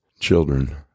children